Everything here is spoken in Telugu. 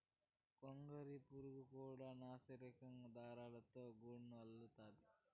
గొంగళి పురుగు కూడా నాసిరకం దారాలతో గూడు అల్లుతాది